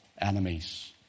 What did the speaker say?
enemies